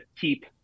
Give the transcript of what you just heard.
keep